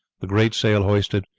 the great sail hoisted,